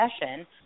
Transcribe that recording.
session